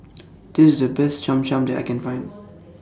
This IS The Best Cham Cham that I Can Find